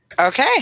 Okay